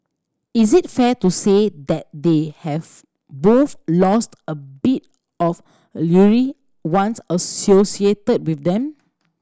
is it fair to say that they have both lost a bit of once associated with them